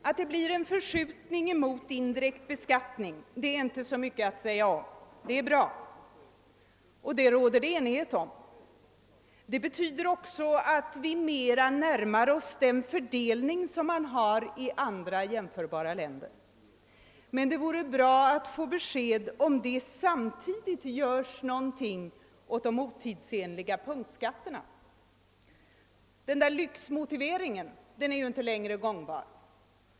Att det blir en förskjutning mot in direkt beskattning är inte så mycket att säga om. Det är bra och det råder det enighet om. Det betyder också att vi mera närmar oss den fördelning som man har i andra jämförbara länder. Men det vore värdefullt att få besked om det samtidigt görs något åt de otidsenliga punktskatterna. Den där lyxmotiveringen är ju inte längre gångbar.